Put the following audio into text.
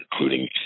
including